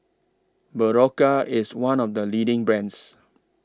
Berocca IS one of The leading brands